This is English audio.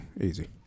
easy